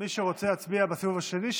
מי שרוצה להצביע בסיבוב השני,